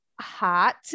hot